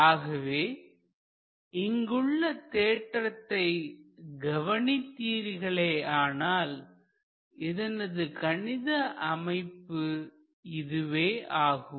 ஆகவே இங்குள்ள தேற்றத்தை கவனித்தீர்களானால்இதனது கணித அமைப்பு இதுவே ஆகும்